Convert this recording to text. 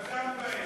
אני אתך, בדם ובאש.